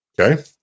Okay